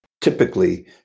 typically